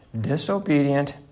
disobedient